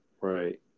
right